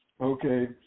Okay